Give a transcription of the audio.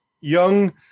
young